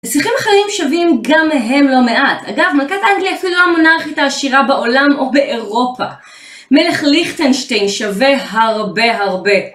נסיכין אחרים שווים גם הם לא מעט. אגב, מלכת אנגליה אפילו מונארכית העשירה בעולם או באירופה. מלך ליכטנשטיין שווה הרבה הרבה.